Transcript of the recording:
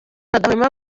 badahwema